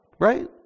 right